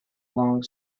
long